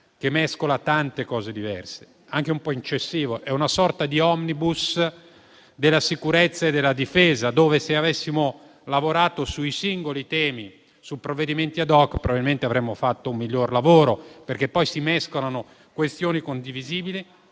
mescola tante cose diverse, anche un po' eccessivo; è una sorta di *omnibus* della sicurezza e della difesa, dove, se avessimo lavorato sui singoli temi in provvedimenti *ad hoc*, probabilmente avremmo fatto un miglior lavoro. Si mescolano questioni condivisibili